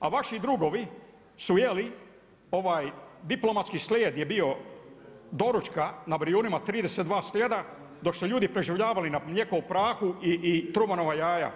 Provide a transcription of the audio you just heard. A vaši drugovi su jeli diplomatski slijed je bio doručka na Brijunima, 32 slijeda, dok su ljudi preživljavali na mlijeko u prahu i trovanoga jaja.